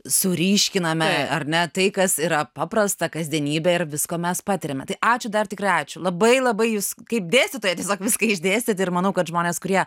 suryškiname ar ne tai kas yra paprasta kasdienybė ir visko mes patiriame tai ačiū dar tikrai ačiū labai labai jūs kaip dėstytoja tiesiog viską išdėstėt ir manau kad žmonės kurie